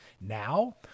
Now